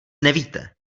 nevíte